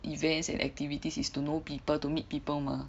events and activities is to know people to meet people mah